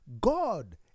God